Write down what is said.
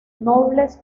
nobles